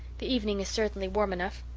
the evening is certainly warm enough.